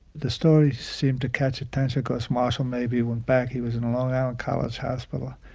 the story seemed to catch attention because marshall mabey went back. he was in long island college hospital.